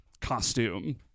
costume